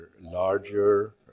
larger